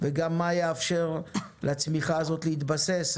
וגם מה יאפשר לצמיחה הזאת להתבסס,